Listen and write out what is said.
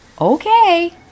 Okay